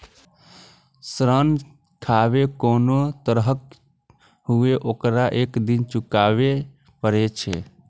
ऋण खाहे कोनो तरहक हुअय, ओकरा एक दिन चुकाबैये पड़ै छै